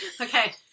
Okay